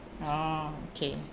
orh okay